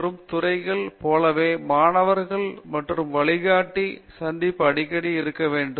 மற்ற துறைகளை போலவே மாணவர் மற்றும் வழிகாட்டி சந்திப்பு அடிக்கடி இருக்க வேண்டும்